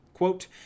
Quote